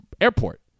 airport